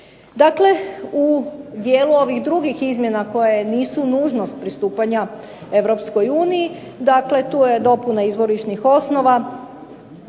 Dakle, u dijelu ovih drugih izmjena koje nisu nužnost pristupanja Europskoj uniji dakle tu je dopuna Izvorišnih osnova